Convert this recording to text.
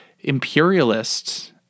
imperialists